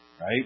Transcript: Right